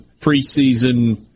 preseason